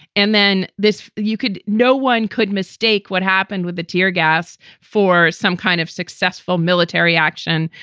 and then this you could no one could mistake what happened with the tear gas for some kind of successful military action.